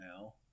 now